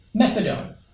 methadone